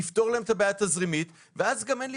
נפתור את הבעיה התזרימית ואז גם אין לי